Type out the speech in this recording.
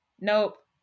nope